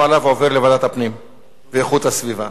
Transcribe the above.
והגנת הסביבה